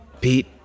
Pete